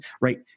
right